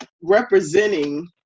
representing